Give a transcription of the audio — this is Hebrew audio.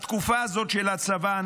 בתקופה הזאת של הצבא,